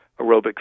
aerobic